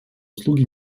услуги